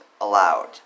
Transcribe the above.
allowed